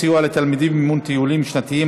סיוע לתלמידים במימון טיולים שנתיים),